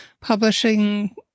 publishing